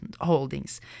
Holdings